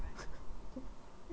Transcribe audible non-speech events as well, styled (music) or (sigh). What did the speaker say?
(laughs)